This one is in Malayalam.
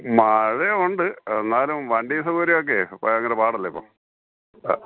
മഴയുണ്ട് എന്നാലും വണ്ടി സൗകര്യമൊക്കെ ഭയങ്കര പാടല്ലേ ഇപ്പോൾ ആ